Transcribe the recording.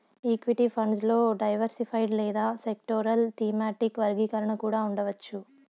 equity funds లో diversified లేదా sectoral, thematic వర్గీకరణ కూడా ఉండవచ్చు